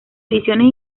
divisiones